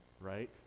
right